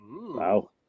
wow